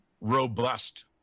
robust